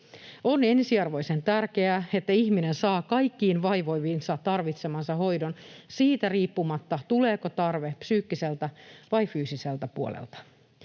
On ensiarvoisen tärkeää, että ihminen saa kaikkiin vaivoihinsa tarvitsemansa hoidon siitä riippumatta, tuleeko tarve psyykkiseltä vai fyysiseltä puolelta.